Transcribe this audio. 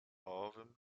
owym